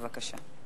בבקשה.